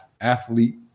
athlete